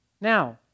Now